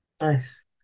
Nice